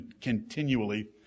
continually